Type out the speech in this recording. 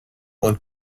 und